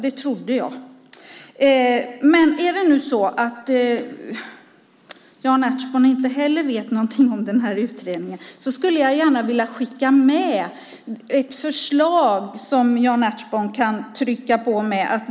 Det trodde jag. Men om Jan Ertsborn inte heller vet någonting om den här utredningen skulle jag gärna vilja skicka med ett förslag som Jan Ertsborn kan trycka på med.